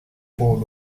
board